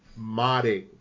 modding